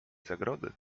zagrody